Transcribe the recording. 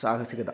സാഹസികത